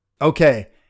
Okay